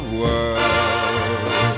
world